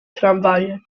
tramwaje